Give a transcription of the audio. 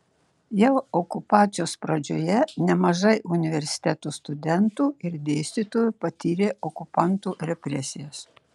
jau okupacijos pradžioje nemažai universiteto studentų ir dėstytojų patyrė okupantų represijas